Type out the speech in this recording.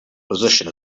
position